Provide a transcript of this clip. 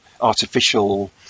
artificial